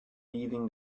leaving